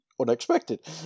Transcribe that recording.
unexpected